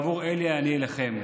בעבור אלה אני אילחם.